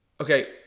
Okay